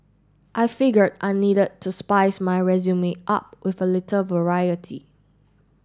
I figured I needed to spice my resume up with a little variety